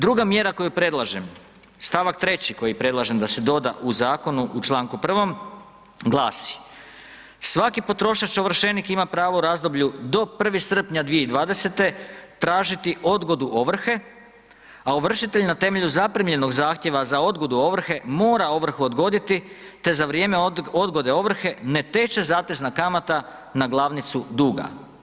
Druga mjera koju predlažem, stavak 3. koji predlažem da se doda u zakonu u članku 1., glasi, svaki potrošač ovršenik ima pravo u razdoblju do 1. srpnja 2020. tražiti odgodu ovrhe, a ovršitelj na temelju zaprimljenog zahtjeva za odgodu ovrhe mora ovrhu odgoditi te za vrijeme odgode ovrhe ne teče zatezna kamata na glavnicu duga.